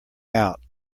out